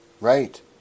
Right